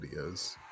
videos